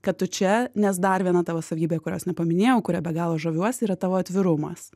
kad tu čia nes dar viena tavo savybė kurios nepaminėjau kuria be galo žaviuosi yra tavo atvirumas